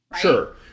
Sure